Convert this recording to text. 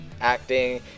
acting